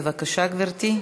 בבקשה, גברתי.